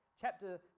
Chapter